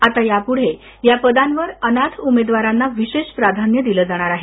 आता यापुढे या पदांवर अनाथ उमेदवारांना विशेष प्राधान्य देण्यात येणार आहे